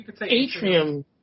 Atrium